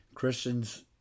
Christians